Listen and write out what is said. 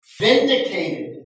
vindicated